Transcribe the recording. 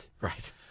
Right